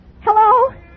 Hello